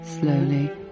slowly